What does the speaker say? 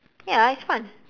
ya it's fun